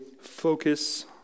focus